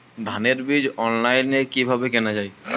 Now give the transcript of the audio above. ধানের বীজ অনলাইনে কিভাবে কেনা যায়?